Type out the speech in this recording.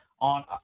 on